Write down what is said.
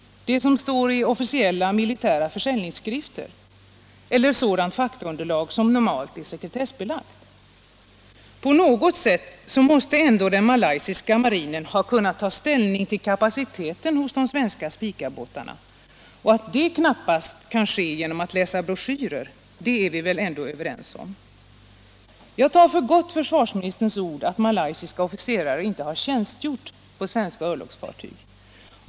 Det som står i officiella militära försäljningsskrifter eller sådant faktaunderlag som normalt är sekretessbelagt? På något sätt måste ändå den malaysiska marinen ha kunnat ta ställning till kapaciteten hos de svenska Spicabåtarna, och att den knappast kunnat göra det genom att läsa broschyrer är vi väl ändå överens om. Jag tar för gott försvarsministerns ord att malaysiska officerare inte har tjänstgjort på svenska örlogsfartyg.